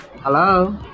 Hello